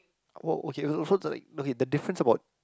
what okay so so the like okay the difference about